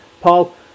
Paul